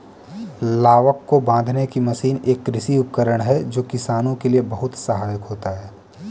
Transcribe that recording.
लावक को बांधने की मशीन एक कृषि उपकरण है जो किसानों के लिए बहुत सहायक होता है